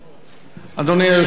אדוני היושב-ראש,